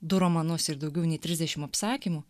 du romanus ir daugiau nei trisdešimt apsakymų